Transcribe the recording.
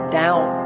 down